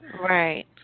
Right